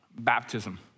Baptism